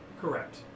correct